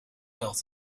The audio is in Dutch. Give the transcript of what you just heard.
geld